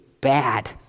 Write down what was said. bad